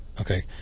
Okay